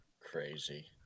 Crazy